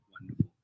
wonderful